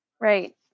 Right